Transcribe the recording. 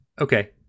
Okay